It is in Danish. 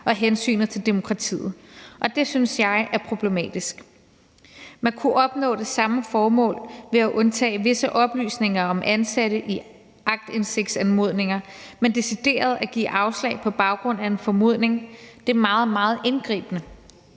og hensynet til demokratiet, og det synes jeg er problematisk. Man kunne nå det samme mål ved at undtage visse oplysninger om ansatte i aktindsigtsanmodninger, men decideret at give afslag på baggrund af en formodning er meget, meget indgribende.